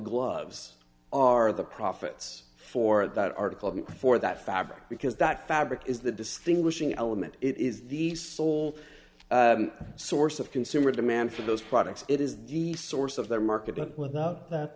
gloves are the profits for that article for that fabric because that fabric is the distinguishing element it is the sole source of consumer demand for those products it is the source of their market and without that